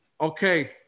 okay